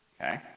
okay